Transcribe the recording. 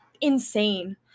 insane